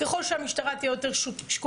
ככל שהמשטרה תהיה יותר שקופה,